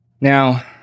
Now